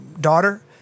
daughter